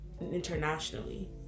internationally